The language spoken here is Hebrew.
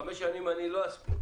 שבחמש שנים אני לא אספיק.